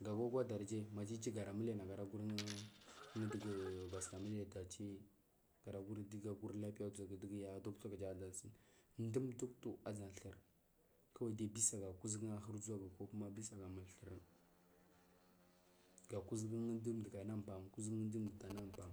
Ga gogodari dumasu gara miliya nagara undugu bathukara muliya dachi madugu guri hapiyari uʒagu ya doctor jangu aʒamsu dum doctor aʒan thur kawal di bisaga kuʒugu unur uʒagu ina multhur ga kuʒupu du mduku anan pan kuʒufu du mduku anan pan du mdugu aman